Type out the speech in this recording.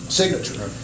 signature